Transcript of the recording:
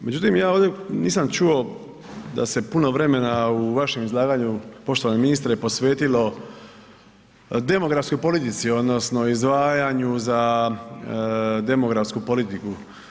Međutim, ja ovdje nisam čuo da se puno vremena u vašem izlaganju poštovani ministre posvetilo demografskoj politici, odnosno izdvajanju za demografsku politiku.